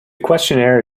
questionnaire